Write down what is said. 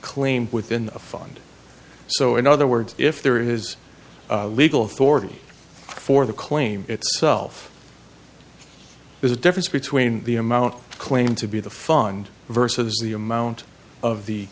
claimed within a fund so in other words if there is a legal authority for the claim itself there's a difference between the amount claimed to be the fund versus the amount of the